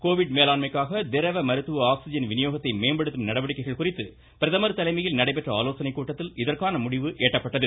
Covid மேலாண்மைக்காக திரவ மருத்துவ ஆக்ஸிஜன் விநியோகத்தை மேம்படுத்தும் நடவடிக்கைகள் குறித்து பிரதமர் தலைமையில் நடைபெற்ற ஆலோசனைக் கூட்டத்தில் இதற்கான முடிவு எட்டப்பட்டது